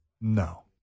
no